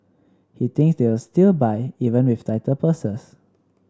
he thinks they will still buy even with tighter purses